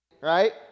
right